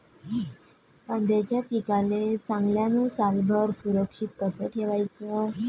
कांद्याच्या पिकाले चांगल्यानं सालभर सुरक्षित कस ठेवाचं?